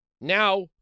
now